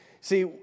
See